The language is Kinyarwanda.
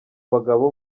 bagabo